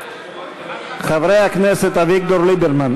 חברי הכנסת אביגדור ליברמן,